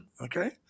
okay